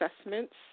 assessments